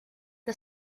the